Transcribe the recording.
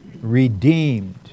redeemed